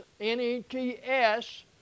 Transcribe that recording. N-E-T-S